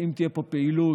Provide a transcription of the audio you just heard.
ואם תהיה פה פעילות